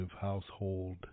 household